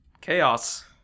Chaos